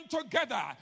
together